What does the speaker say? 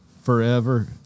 forever